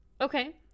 okay